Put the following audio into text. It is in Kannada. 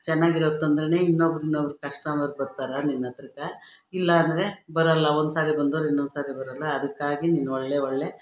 ಚೆನ್ನಾಗಿರೋದು ತಂದ್ರೆ ಇನ್ನೊಬ್ರು ಇನ್ನೊಬ್ರು ಕಸ್ಟಮರ್ ಬರ್ತಾರೆ ನಿನ್ನತ್ರಕ್ಕೆ ಇಲ್ಲ ಅಂದರೆ ಬರಲ್ಲ ಒಂದ್ಸಾರಿ ಬಂದೋರು ಇನ್ನೊಂದ್ಸಾರಿ ಬರಲ್ಲ ಅದಕ್ಕಾಗಿ ನೀನು ಒಳ್ಳೆಯ ಒಳ್ಳೆಯ